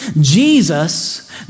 Jesus